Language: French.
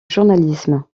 journalisme